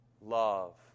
love